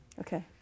Okay